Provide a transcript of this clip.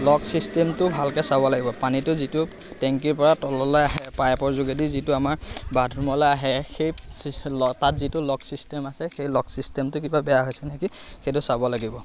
লক চিষ্টেমটো ভালকৈ চাব লাগিব পানীটো যিটো টেংকিৰ পৰা তললৈ আহে পাইপৰ যোগেদি যিটো আমাৰ বাথৰুমলৈ আহে সেই তাত যিটো লক চিষ্টেম আছে সেই লক চিষ্টেমটো কিবা বেয়া হৈছে নেকি সেইটো চাব লাগিব